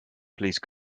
please